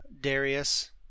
Darius